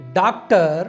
doctor